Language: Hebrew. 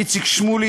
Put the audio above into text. איציק שמולי,